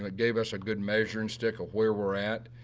ah gave us a good measuring stick of where we're at.